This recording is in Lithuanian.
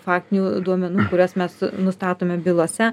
faktinių duomenų kuriuos mes nustatome bylose